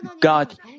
God